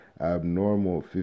Abnormal